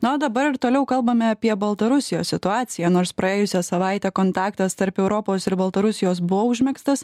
na o dabar ir toliau kalbame apie baltarusijos situaciją nors praėjusią savaitę kontaktas tarp europos ir baltarusijos buvo užmegztas